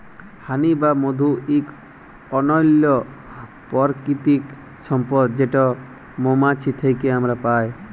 হানি বা মধু ইক অনল্য পারকিতিক সম্পদ যেট মোমাছি থ্যাকে আমরা পায়